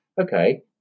Okay